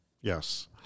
Yes